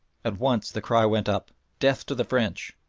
at once the cry went up, death to the french!